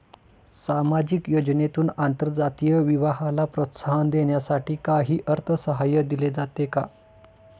सामाजिक योजनेतून आंतरजातीय विवाहाला प्रोत्साहन देण्यासाठी काही अर्थसहाय्य दिले जाते का?